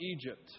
Egypt